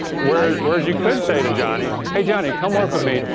whereas whereas you could say to johnny, hey, johnny, come work with me,